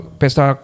pesta